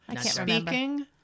Speaking